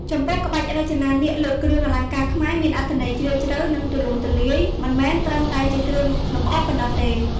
ចំពោះក្បាច់រចនានាគលើគ្រឿងអលង្ការខ្មែរ មានអត្ថន័យជ្រាលជ្រៅ និងទូលំទូលាយ មិនមែនត្រឹមតែជាគ្រឿងលម្អប៉ុណ្ណោះទេ។